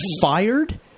fired